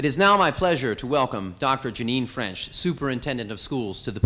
it is now my pleasure to welcome dr janine french superintendent of schools to the